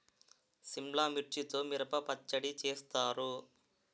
సిమ్లా మిర్చితో మిరప పచ్చడి చేస్తారు